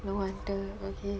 no wonder okay